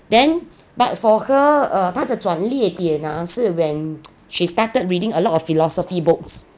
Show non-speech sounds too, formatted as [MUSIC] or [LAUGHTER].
then but for her err 她的专列点 ah 是 when [NOISE] she started reading a lot of philosophy books